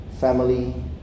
family